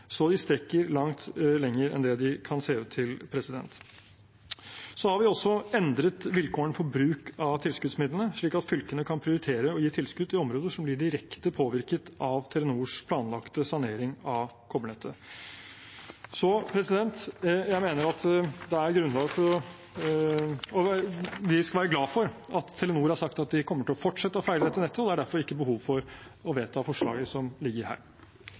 Så de rekker langt lenger enn det kan se ut til. Vi har også endret vilkårene for bruk av tilskuddsmidlene, slik at fylkene kan prioritere å gi tilskudd til områder som blir direkte påvirket av Telenors planlagte sanering av kobbernettet. Jeg mener at vi skal være glade for at Telenor har sagt at de kommer til å fortsette feilrettingen på nettet, og det er derfor ikke behov for å vedta forslaget som ligger her.